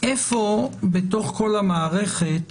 איפה בתוך כל המערכת